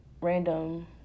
random